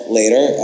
later